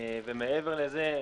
מעבר לזה,